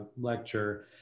lecture